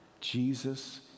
Jesus